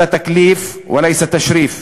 זהו מינוי,